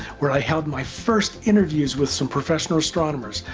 where i held my first interviews with some professional astronomers,